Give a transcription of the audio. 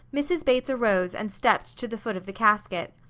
mrs. bates arose and stepped to the foot of the casket.